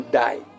die